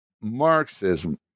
Marxism